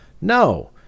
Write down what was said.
No